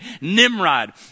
Nimrod